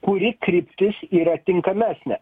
kuri kryptis yra tinkamesnė